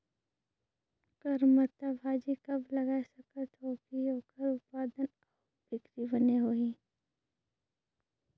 करमत्ता भाजी कब लगाय सकत हो कि ओकर उत्पादन अउ बिक्री बने होही?